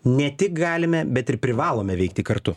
ne tik galime bet ir privalome veikti kartu